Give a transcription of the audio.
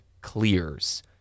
clears